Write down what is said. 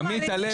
עמית הלוי,